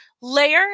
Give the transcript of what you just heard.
layer